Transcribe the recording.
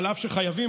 אף שחייבים,